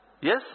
Yes